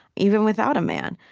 even without a man.